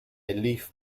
leaf